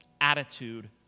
attitude